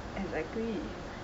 exactly